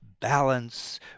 balance